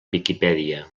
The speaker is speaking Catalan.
viquipèdia